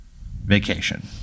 vacation